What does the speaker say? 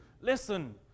Listen